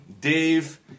Dave